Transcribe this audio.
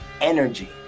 energy